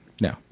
No